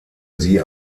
sie